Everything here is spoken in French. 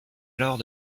alors